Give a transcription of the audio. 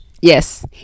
Yes